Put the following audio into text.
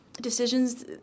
decisions